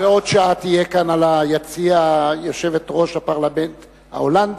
בעוד שעה תהיה כאן ביציע יושבת-ראש הפרלמנט ההולנדי.